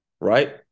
Right